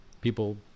people